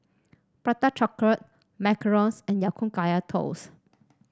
Prata Chocolate macarons and Ya Kun Kaya Toast